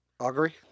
Augury